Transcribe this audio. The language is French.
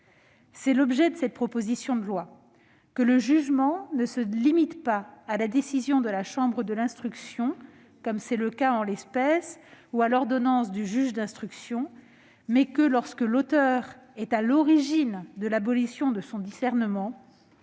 est l'objet de cette proposition de loi. Il s'agit de permettre que le jugement ne se limite pas à la décision de la chambre de l'instruction, comme c'est le cas en l'espèce, ou à l'ordonnance du juge d'instruction, mais que, lorsque l'auteur est à l'origine de l'abolition de son propre discernement,